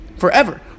Forever